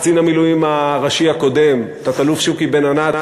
קצין המילואים הראשי הקודם תת-אלוף שוקי בן-ענת,